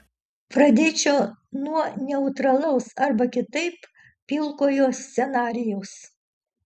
pradėčiau nuo neutralaus arba kitaip pilkojo scenarijaus